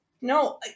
no